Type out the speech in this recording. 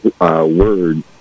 word